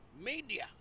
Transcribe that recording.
media